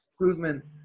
improvement